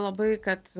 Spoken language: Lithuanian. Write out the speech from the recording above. labai kad